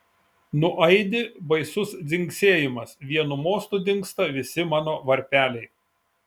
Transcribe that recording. nuaidi baisus dzingsėjimas vienu mostu dingsta visi mano varpeliai